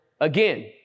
again